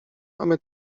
mamy